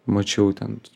mačiau ten